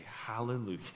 hallelujah